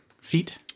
feet